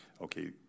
okay